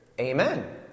Amen